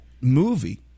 movie